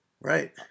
Right